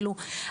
כלומר,